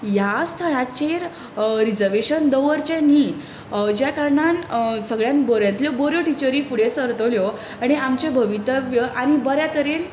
ह्या स्थळाचेर रिझर्वेशन दवरचें न्हय ज्या कारणान सगळ्यांत बऱ्यांतल्यो बऱ्यो टिचरी फुडें सरतल्यो आनी आमचें आनी बऱ्या तरेन